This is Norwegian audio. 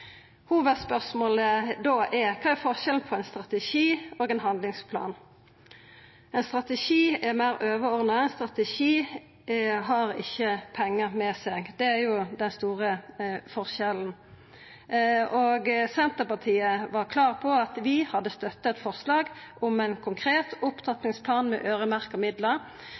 Hovudspørsmålet er da: Kva er forskjellen på ein strategi og ein handlingsplan? Ein strategi er meir overordna, ein strategi har ikkje pengar med seg. Det er den store forskjellen. Senterpartiet var klar på at vi hadde støtta eit forslag om ein konkret opptrappingsplan med øyremerkte midlar.